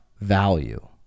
value